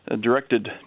directed